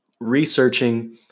researching